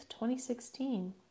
2016